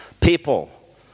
people